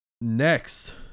Next